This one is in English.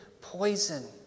poison